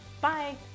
Bye